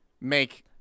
Make